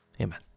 Amen